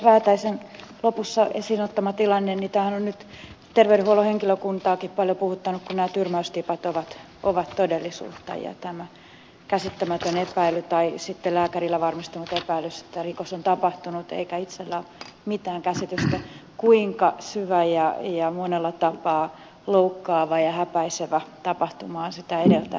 väätäisen lopussa esiin ottama tilanne on nyt terveydenhuollon henkilökuntaakin paljon puhuttanut kun nämä tyrmäystipat ovat todellisuutta ja on tämä käsittämätön epäily tai sitten lääkärillä varmistunut epäilys että rikos on tapahtunut eikä itsellä ole mitään käsitystä kuinka syvä ja monella tapaa loukkaava ja häpäisevä tapahtuma on sitä edeltänyt